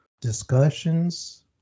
discussions